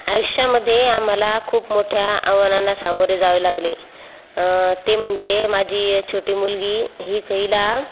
आयुष्यामध्ये आम्हाला खूप मोठ्या आव्हानांना सामोरे जावे लागले ते म्हणजे माझी छोटी मुलगी ही हिला